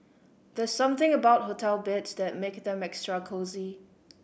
there's something about hotel beds that make them extra cosy